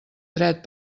dret